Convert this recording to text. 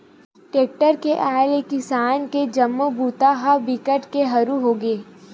tractor के आए ले किसानी के जम्मो बूता ह बिकट के हरू होगे